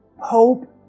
hope